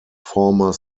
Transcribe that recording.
former